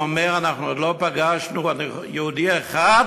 הוא אומר: אנחנו עוד לא פגשנו יהודי אחד